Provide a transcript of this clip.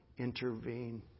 intervene